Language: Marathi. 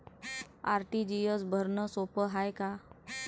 आर.टी.जी.एस भरनं सोप हाय का?